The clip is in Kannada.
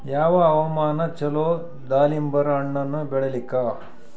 ಯಾವ ಹವಾಮಾನ ಚಲೋ ದಾಲಿಂಬರ ಹಣ್ಣನ್ನ ಬೆಳಿಲಿಕ?